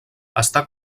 està